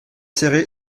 serré